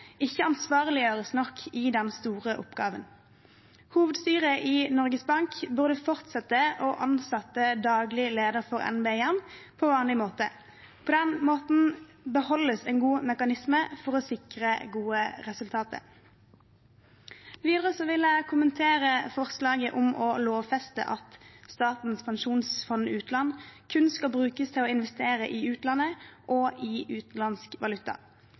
ikke ansvarliggjøres nok i den store oppgaven. Hovedstyret i Norges Bank bør fortsette å ansette daglig leder for NBIM på vanlig måte. På den måten beholdes en god mekanisme for å sikre gode resultater. Videre vil jeg kommentere forslaget om å lovfeste at Statens pensjonsfond utland kun skal brukes til å investere i utlandet og i utenlandsk valuta.